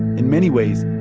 in many ways,